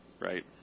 right